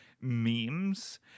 Memes